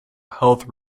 health